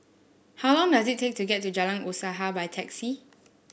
how long does it take to get to Jalan Usaha by taxi